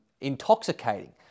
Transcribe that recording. intoxicating